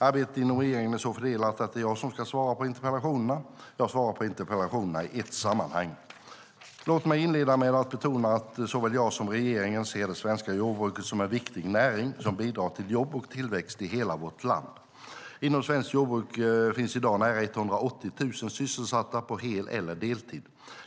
Arbetet inom regeringen är så fördelat att det är jag som ska svara på interpellationerna. Jag svarar på interpellationerna i ett sammanhang. Låt mig inleda med att betona att såväl jag som regeringen ser det svenska jordbruket som en viktig näring som bidrar till jobb och tillväxt i hela vårt land. Inom svenskt jordbruk finns i dag nära 180 000 sysselsatta på hel eller deltid.